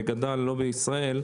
שגדל לא בישראל,